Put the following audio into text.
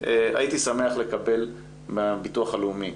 הייתי שמח לקבל מהביטוח הלאומי,